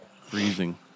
Freezing